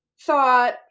thought